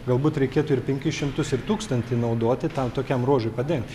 galbūt reikėtų ir penkis šimtus ir tūkstantį naudoti tam tokiam ruožui padengt